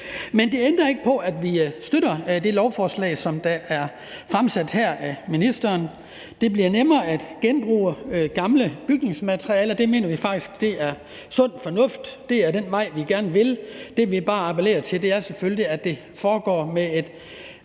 Men det ændrer ikke på, at vi støtter det her lovforslag, som er fremsat af ministeren. Det bliver nemmere at genbruge gamle byggematerialer. Det mener vi faktisk er sund fornuft. Det er den vej, vi gerne vil. Det, vi bare appellerer til, er selvfølgelig, at det foregår med et